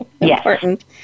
Important